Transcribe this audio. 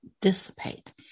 dissipate